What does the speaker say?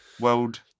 world